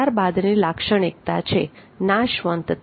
ત્યારબાદની લાક્ષણિકતા છે નાશવંતતા